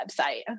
website